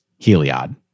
Heliod